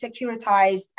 securitized